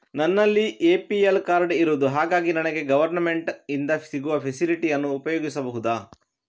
ನನ್ನಲ್ಲಿ APL card ಇರುದು ಹಾಗಾಗಿ ನನಗೆ ಗವರ್ನಮೆಂಟ್ ಇಂದ ಸಿಗುವ ಫೆಸಿಲಿಟಿ ಅನ್ನು ಉಪಯೋಗಿಸಬಹುದಾ?